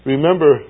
Remember